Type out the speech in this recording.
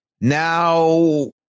Now